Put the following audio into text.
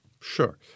Sure